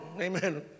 amen